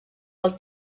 pel